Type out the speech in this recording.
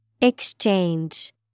Exchange